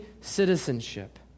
citizenship